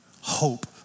hope